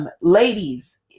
Ladies